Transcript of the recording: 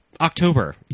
October